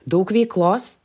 daug veiklos